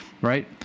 right